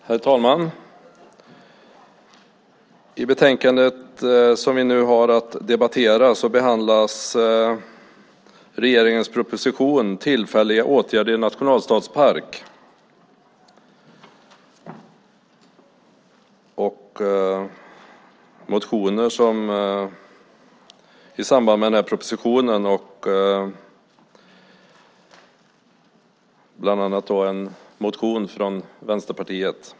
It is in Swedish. Herr talman! I det betänkande som vi nu har att debattera behandlas regeringens proposition Tillfälliga åtgärder i en nationalstadspark och motioner som har väckts i samband med den här propositionen, bland annat en motion från Vänsterpartiet.